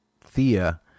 Thea